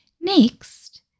Next